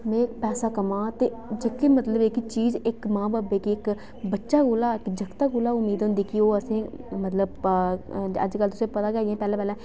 में पैसा कमांऽ ते जेह्के मतलब जेह्की चीज इक मां ब'ब्बै गी इक बच्चे कोला इक जागतै कोला उम्मीद होंदी कि ओह् अ'सेंगी मतलब अऽ अजकल तु'सेंई पता गै जि'यां पैह्ले पैह्ले